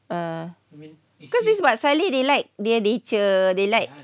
uh because this mat salleh they like their nature they like